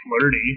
flirty